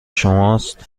شماست